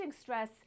stress